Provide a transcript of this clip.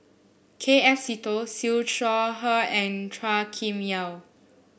K F Seetoh Siew Shaw Her and Chua Kim Yeow